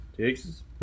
Texas